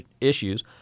issues